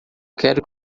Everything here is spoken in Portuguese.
quero